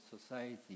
society